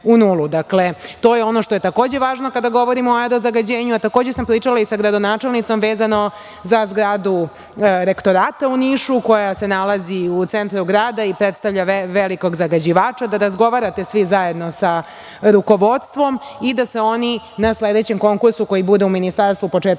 nulu. To je ono što je važno, kada govorimo o aero zagađenju. Takođe, sam pričala sa gradonačelnicom, vezano za zgradu rektorata u Nišu, koja se nalazi u centru grada, i predstavlja velikog zagađivača, da razgovarate svi zajedno sa rukovodstvom i da se oni na sledećem konkursu koji bude u Ministarstvu početkom